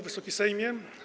Wysoki Sejmie!